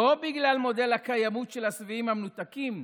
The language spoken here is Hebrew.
לא בגלל מודל הקיימות של השבעים המנותקים,